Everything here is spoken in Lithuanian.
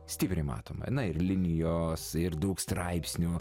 stipriai matoma na ir linijos ir daug straipsnių